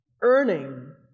earning